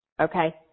okay